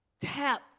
tap